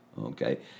Okay